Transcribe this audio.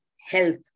health